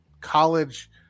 college